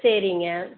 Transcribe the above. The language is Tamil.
சரிங்க